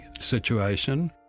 situation